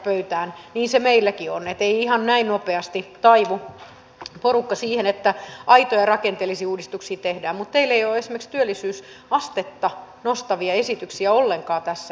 niin se meilläkin on että ei ihan näin nopeasti taivu porukka siihen että aitoja rakenteellisia uudistuksia tehdään mutta teillä ei ole esimerkiksi työllisyysastetta nostavia esityksiä ollenkaan tässä